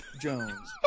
Jones